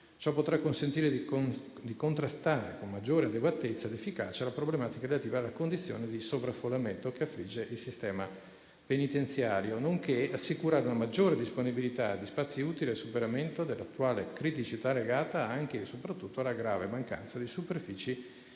Ciò consentirà di contrastare con maggiore adeguatezza ed efficacia la problematica relativa alla condizione di sovraffollamento che affligge il sistema penitenziario, nonché di assicurare maggiore disponibilità di spazi utili al superamento dell'attuale criticità legata anche e soprattutto alla grave mancanza di superfici e ambienti